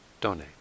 donate